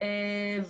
עדיף אבל זאת לא חובה.